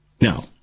Now